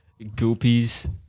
Goopies